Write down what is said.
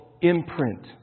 imprint